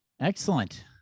Excellent